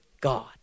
God